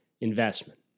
investment